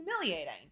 humiliating